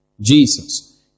Jesus